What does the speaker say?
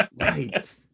Right